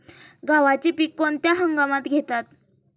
गव्हाचे पीक कोणत्या हंगामात घेतात?